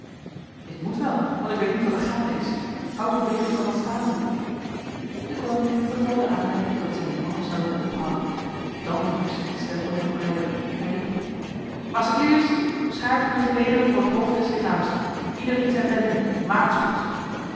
ik moet wel want ik weet niet wat er gaande is houd uw wevers dan wat staande deconinck beval de aanleiders dat zij hun mannen zouden doen ophouden dan verhief zich de stem van jan breydel hij riep macecliers schaart u in gelederen voor het hoofd des lichaams ieder in zijn bende maakt spoed